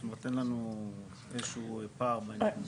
זאת אומרת אין לנו איזשהו פער בעניין הזה.